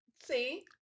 See